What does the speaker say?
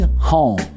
home